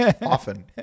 Often